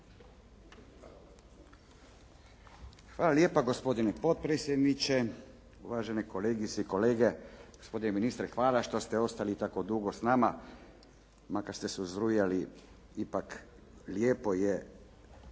Hvala lijepa gospodine potpredsjedniče, uvažene kolegice i kolege. Gospodine ministre hvala što ste ostali tako dugo s nama, makar ste se uzrujali ipak lijepo je